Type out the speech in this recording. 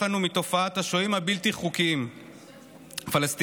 לנו מתופעת השוהים הבלתי-חוקיים הפלסטינים.